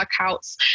workouts